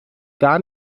gar